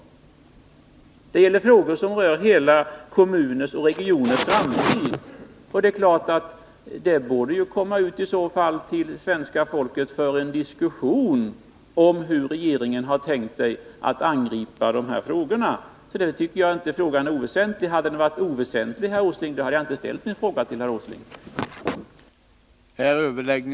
Det gäller frågor som rör hela kommuners och regioners framtid. Det är klart att detta material borde komma ut till svenska folket för en diskussion om hur regeringen hade tänkt sig att angripa dessa problem. Därför tycker inte att frågan är oväsentlig. Hade den varit oväsentlig, hade jag inte ställt frågan till herr Åsling.